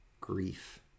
grief